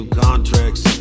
contracts